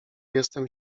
jestem